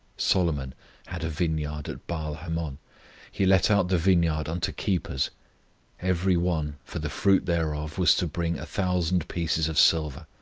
solomon had a vineyard at baal-hamon he let out the vineyard unto keepers every one for the fruit thereof was to bring a thousand pieces of silver.